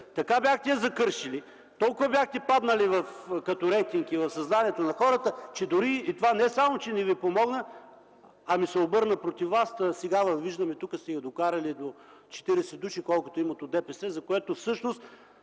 така бяхте я закършили, толкова бяхте паднали като рейтинг и в съзнанието на хората, че дори и това, не само че не ви помогна, ами се обърна против вас. Сега ви виждаме, че тук сте я докарали до 40 души, колкото имат от ДПС, за което всъщност